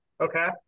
okay